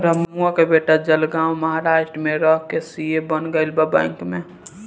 रमुआ के बेटा जलगांव महाराष्ट्र में रह के सी.ए बन गईल बा बैंक में